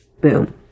Boom